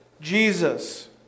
Jesus